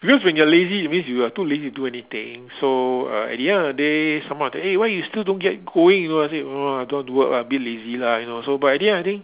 because when you are lazy that means you are too lazy to do anything so uh at the end of the day someone eh why you still don't get going you know I say no don't want to work lah a bit lazy lah you know or so but at the end of the day